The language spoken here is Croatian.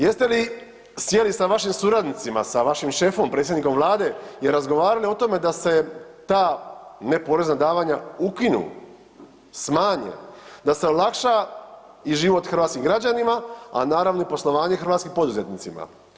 Jeste li sjeli sa vašim suradnicima, sa vašim šefom predsjednikom Vlade i razgovarali o tome da se ta neporezna davanja ukinu, smanje, da se olakša i život hrvatskim građanima, a naravno i poslovanje hrvatskim poduzetnicima?